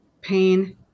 pain